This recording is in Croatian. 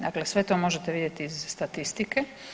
Dakle, sve to možete vidjeti iz statistike.